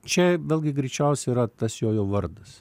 čia vėlgi greičiausiai yra tas jojo vardas